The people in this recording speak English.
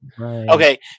Okay